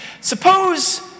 Suppose